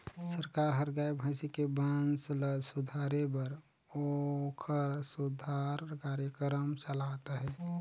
सरकार हर गाय, भइसी के बंस ल सुधारे बर ओखर सुधार कार्यकरम चलात अहे